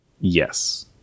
Yes